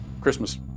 Christmas